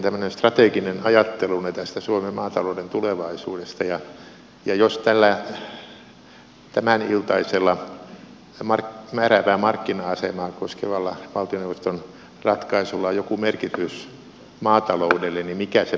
mikä on arvoisa ministeri teidän strateginen ajattelunne suomen maatalouden tulevaisuudesta ja jos tällä tämäniltaisella määräävää markkina asemaa koskevalla valtioneuvoston ratkaisulla on joku merkitys maataloudelle niin mikä se mahtaisi olla